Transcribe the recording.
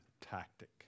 tactic